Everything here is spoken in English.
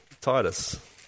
Titus